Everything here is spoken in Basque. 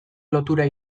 lotura